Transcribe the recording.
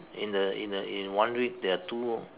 in the in the in one week there are two